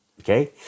Okay